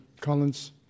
Collins